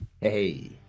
Hey